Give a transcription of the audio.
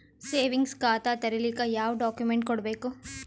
Savings ಖಾತಾ ತೇರಿಲಿಕ ಯಾವ ಡಾಕ್ಯುಮೆಂಟ್ ಕೊಡಬೇಕು?